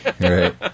right